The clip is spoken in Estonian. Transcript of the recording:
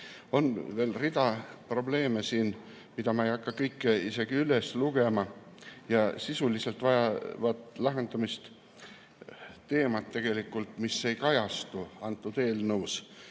On veel rida probleeme, mida ma ei hakka kõiki isegi üles lugema. Sisuliselt vajavad lahendamist teemad, mis ei kajastu antud eelnõus.